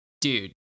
Dude